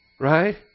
Right